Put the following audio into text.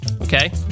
Okay